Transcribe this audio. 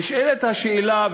נשאלה השאלה,